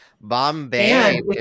bombay